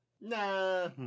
nah